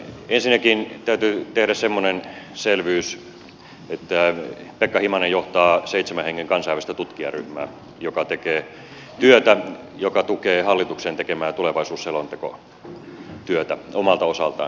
ensinnäkin täytyy tehdä semmoinen asia selväksi että pekka himanen johtaa seitsemän hengen kansainvälistä tutkijaryhmää joka tekee työtä joka tukee hallituksen tekemää tulevaisuusselontekotyötä omalta osaltaan